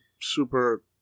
super